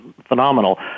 phenomenal